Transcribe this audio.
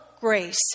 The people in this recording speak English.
grace